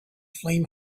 flame